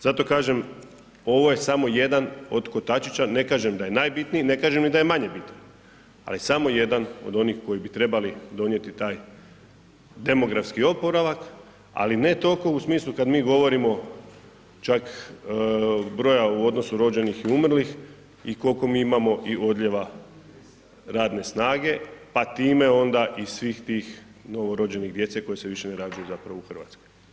Zato kažem ovo je samo jedan od kotačića, ne kažem da je najbitniji, ne kažem ni da je manje bitan, ali samo jedan od onih koji bi trebali donijeti taj demografski oporavak, ali ne toliko u smislu kad mi govorimo čak broja u odnosu rođenih i umrlih i koliko mi imamo i odljeva radne snage, pa time onda i svih tih novorođenih djece koji se više ne rađaju zapravo u Hrvatskoj.